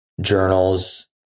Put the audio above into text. journals